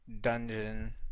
dungeon